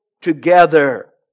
together